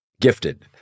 gifted